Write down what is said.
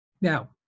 Now